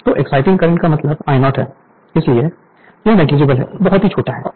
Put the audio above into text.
तो exciting current का मतलब I0 है इसलिए यह नेगलिजिबल है बहुत छोटा है